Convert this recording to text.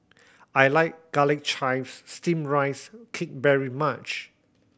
I like Garlic Chives Steamed Rice Cake very much